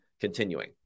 continuing